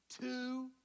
Two